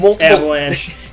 Avalanche